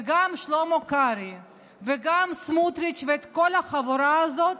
גם שלמה קרעי וגם סמוטריץ' וכל החבורה הזאת